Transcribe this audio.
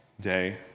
day